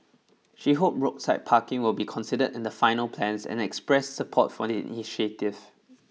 she hope roadside parking will be considered in the final plans and expressed support for the initiative